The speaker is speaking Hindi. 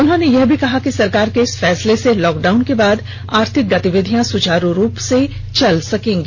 उन्होंने यह भी कहा कि सरकार के इस फैसले से लॉकडाउन के बाद आर्थिक गतिविधियां सुचारू रूप से चल सकेगी